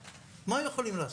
מה הם יכולים לעשות?